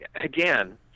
again